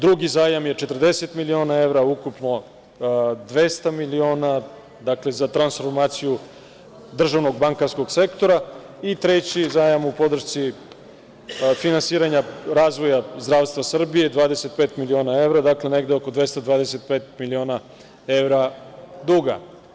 Drugi zajam je 40 miliona evra, ukupno 200 miliona, dakle, za transformaciju državnog bankarskog sektora i treći zajam u podršci finansiranja razvoja zdravstva Srbije je 25 miliona evra, dakle, negde oko 225 miliona evra duga.